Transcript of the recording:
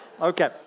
Okay